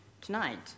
Tonight